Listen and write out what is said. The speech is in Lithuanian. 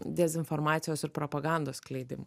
dezinformacijos ir propagandos skleidimo